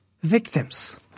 victims